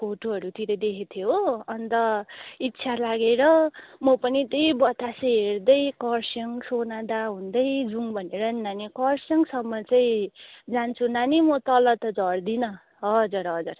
फोटोहरूतिर देखे थिएँ हो अन्त इच्छा लागेर म पनि त्यही बतासे हेर्दै कर्सियङ सोनादा हुँदै जाउँ भनेर नि नानी कर्सियङसम्म चाहिँ जान्छु नानी म तल त झर्दिन हजुर हजुर